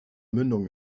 mündung